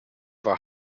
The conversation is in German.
war